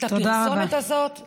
את הפרסומת הזאת, תודה רבה.